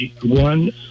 one